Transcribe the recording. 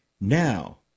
Now